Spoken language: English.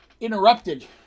interrupted